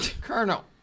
Colonel